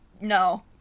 no